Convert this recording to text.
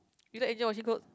you don't enjoy washing clothes